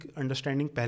understanding